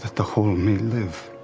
the whole may live.